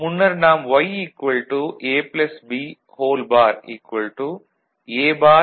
முன்னர் நாம் Y A plus B bar A bar